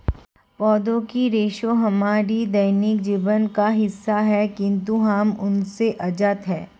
पौधों के रेशे हमारे दैनिक जीवन का हिस्सा है, किंतु हम उनसे अज्ञात हैं